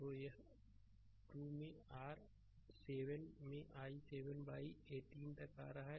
तो यह 2 में r7 में i7 बाई 18 तक आ रहा है